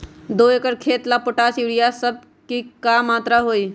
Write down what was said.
दो एकर खेत के ला पोटाश, यूरिया ये सब का मात्रा होई?